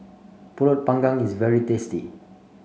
pulut panggang is very tasty